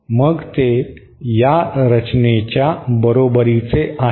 मग ते या रचनेच्या बरोबरीचे आहे